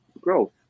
growth